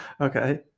okay